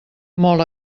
molt